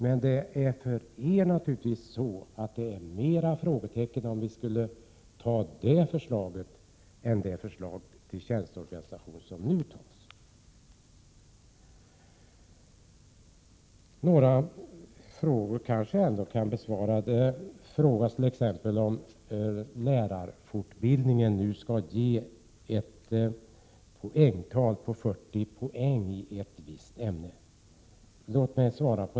Men om vi skulle anta det förslaget uppstår fler frågetecken än med det förslag till tjänsteorganisation som nu läggs fram. Några frågor kanske jag ändå kan besvara. Det frågas t.ex. om lärarfortbildningen nu skall ge ett poängtal på 40 poäng i ett visst ämne.